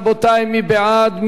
רבותי, מי בעד?